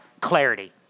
clarity